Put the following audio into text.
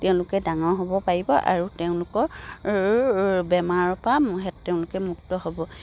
তেওঁলোকে ডাঙৰ হ'ব পাৰিব আৰু তেওঁলোকৰ বেমাৰৰ পৰা তেওঁলোকে মুক্ত হ'ব